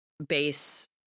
Base